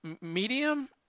medium